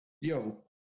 yo